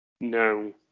No